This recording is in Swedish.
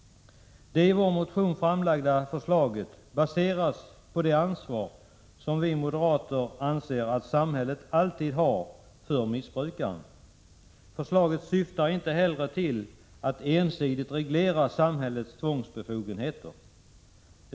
Det i vår motion framlagda förslaget baseras på det ansvar som vi moderater anser att samhället alltid har för missbrukaren. Förslaget syftar inte till att ensidigt reglera samhällets tvångsbefogenheter.